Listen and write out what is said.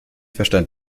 verstand